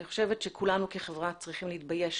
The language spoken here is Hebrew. אני חושבת שכולנו כחברה צריכים להתבייש